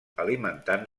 alimentant